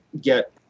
get